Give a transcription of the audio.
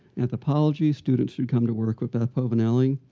anthropology, students would come to work with beth povinelli.